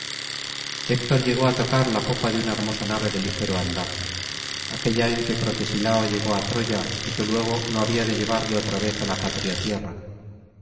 héctor llegó á tocar la popa de una hermosa nave de ligero andar aquella en que protesilao llegó á troya y que luego no había de llevarle otra vez á la patria tierra